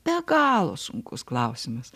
be galo sunkus klausimas